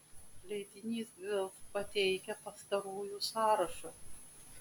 leidinys bild pateikia pastarųjų sąrašą